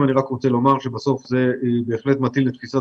אני רק רוצה לומר שבסוף זה בהחלט מתאים לתפיסת